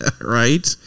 Right